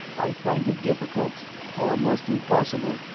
i find it difficult, almost impossible,